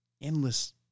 endless